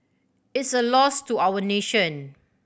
it's a loss to our nation